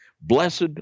Blessed